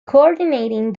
coordinating